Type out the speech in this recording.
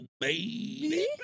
baby